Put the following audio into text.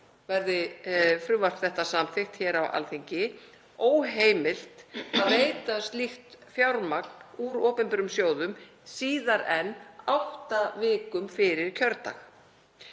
verði frumvarp þetta samþykkt hér á Alþingi, óheimilt að veita slíkt fjármagn úr opinberum sjóðum síðar en átta vikum fyrir kjördag.